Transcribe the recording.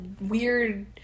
weird